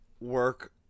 work